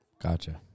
Gotcha